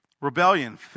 Rebellion